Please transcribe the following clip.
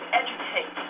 educate